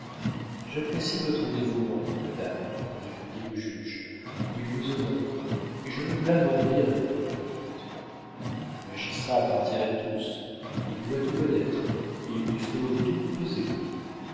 j'apprécie votre dévouement madame répondit le juge il vous honore et je ne blâme en rien votre conduite le magistrat appartient à tous il doit tout connaître il lui faut tout peser